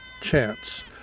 chance